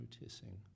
noticing